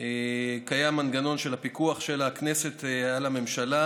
קיים מנגנון של פיקוח הכנסת על הממשלה,